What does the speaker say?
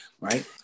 right